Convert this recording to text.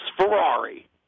Ferrari